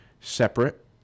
separate